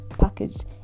packaged